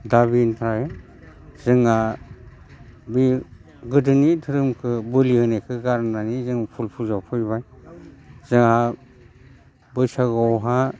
दा बिनिफ्राय जोंहा बे गोदोनि धोरोम बोलि होनायखौ गारनानै जों फुलखो फुजायाव फैबाय जाहा बैसागुआवहाय